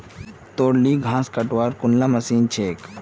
तोर ली घास कटवार कुनला मशीन छेक